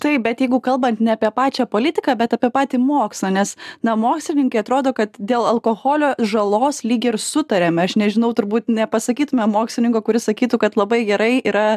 taip bet jeigu kalbant ne apie pačią politiką bet apie patį mokslą nes na mokslininkai atrodo kad dėl alkoholio žalos lyg ir sutariame aš nežinau turbūt nepasakytume mokslininko kuris sakytų kad labai gerai yra